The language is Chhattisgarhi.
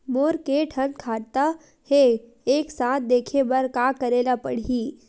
मोर के थन खाता हे एक साथ देखे बार का करेला पढ़ही?